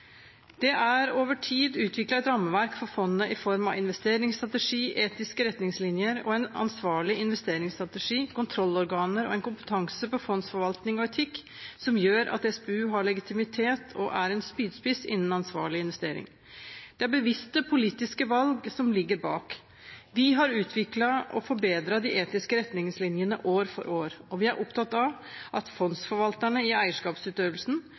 form av investeringsstrategi, etiske retningslinjer og en ansvarlig investeringsstrategi, kontrollorganer og en kompetanse på fondsforvaltning og etikk som gjør at SPU har legitimitet og er en spydspiss innen ansvarlig investering. Det er bevisste politiske valg som ligger bak. Vi har utviklet og forbedret de etiske retningslinjene år for år, og vi er opptatt av at fondsforvalterne i eierskapsutøvelsen